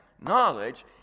knowledge